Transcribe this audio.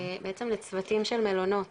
בעצם לצוותים של מלונות